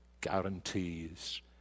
guarantees